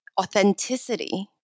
authenticity